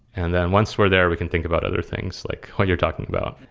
and then once we're there, we can think about other things, like you're talking about.